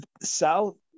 south